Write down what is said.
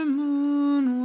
moon